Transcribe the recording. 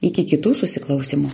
iki kitų susiklausymų